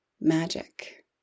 magic